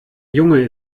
junge